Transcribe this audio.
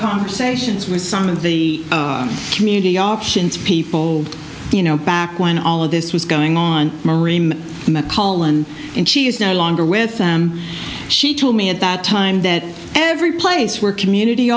conversations with some of the community options people you know back when all of this was going on marine mcallen and she is no longer with them she told me at that time that every place where community